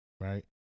right